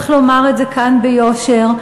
צריך לומר את זה כאן ביושר,